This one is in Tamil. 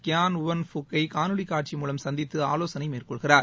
க்யன் உவான் ஃபுக் ஐ காணொலி காட்சி மூலம் சந்தித்து ஆலோசனை மேற்கொள்கிறார்